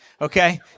Okay